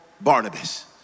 Barnabas